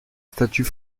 statuts